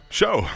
show